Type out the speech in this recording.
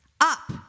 Up